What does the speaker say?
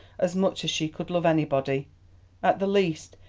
as much as she could love anybody at the least,